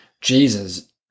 Jesus